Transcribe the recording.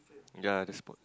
ya the spot one